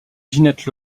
ginette